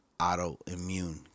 autoimmune